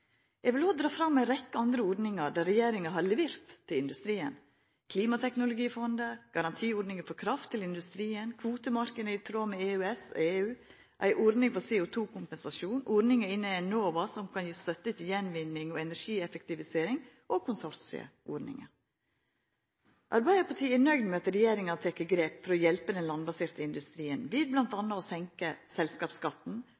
Eg vil òg dra fram ei rekke andre viktige ordningar der regjeringa har levert til industrien: klimateknologifondet, garantiordninga for kraft til industrien, kvotemarknad i tråd med EØS og EU, ei ordning for CO2-kompensasjon, ordningar innan Enova som kan gje støtte til gjenvinning og energieffektivisering, og konsortieordninga. Arbeidarpartiet er nøgd med at regjeringa har teke grep for å hjelpa den landbaserte industrien